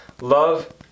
love